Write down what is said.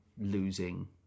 losing